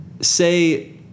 say